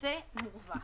יוצא מורווח.